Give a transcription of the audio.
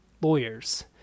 lawyers